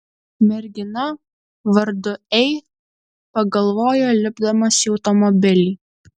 mergina vardu ei pagalvojo lipdamas į automobilį